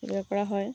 কৰা হয়